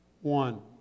one